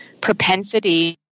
propensity